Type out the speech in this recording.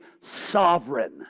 sovereign